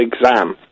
exam